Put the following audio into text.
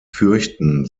fürchten